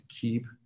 keep